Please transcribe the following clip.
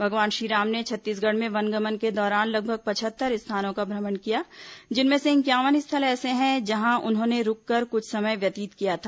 भगवान श्रीराम ने छत्तीसगढ़ में वनगमन के दौरान लगभग पचहत्तर स्थानों का भ्रमण किया जिनमें से इंक्यावन स्थल ऐसे हैं जहां उन्होंने रूककर कुछ समय व्यतीत किया था